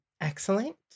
Excellent